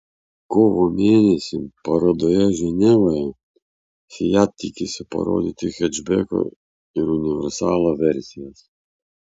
kovo mėnesį parodoje ženevoje fiat tikisi parodyti hečbeko ir universalo versijas